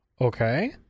Okay